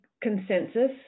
consensus